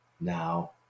now